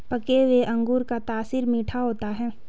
पके हुए अंगूर का तासीर मीठा होता है